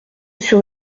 sur